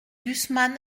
gusman